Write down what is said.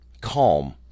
calm